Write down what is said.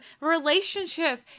relationship